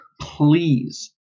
please